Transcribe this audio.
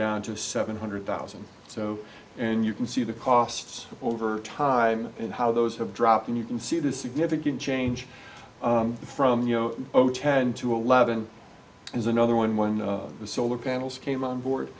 down to seven hundred thousand so and you can see the costs over time and how those have dropped and you can see the significant change from the zero zero ten to eleven is another one one of the solar panels came on board